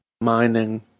Mining